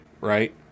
right